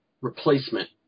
replacement